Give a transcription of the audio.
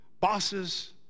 bosses